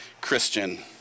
Christian